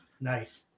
nice